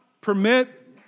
permit